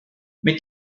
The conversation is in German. mit